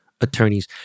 attorneys